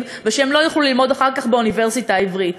ושהן לא תוכלנה ללמוד אחר כך באוניברסיטה העברית,